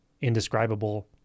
indescribable